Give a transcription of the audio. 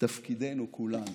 תפקידנו כולנו,